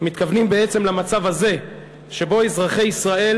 מתכוונים בעצם למצב הזה שבו אזרחי ישראל